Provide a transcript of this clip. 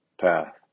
path